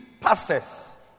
passes